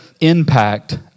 impact